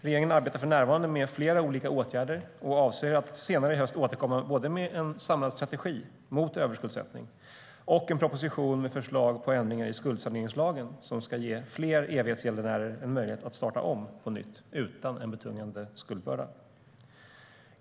Regeringen arbetar för närvarande med flera olika åtgärder och avser att senare i höst återkomma med både en samlad strategi mot överskuldsättning och en proposition med förslag på ändringar i skuldsaneringslagen som ska ge fler evighetsgäldenärer en möjlighet att starta om på nytt utan en betungande skuldbörda.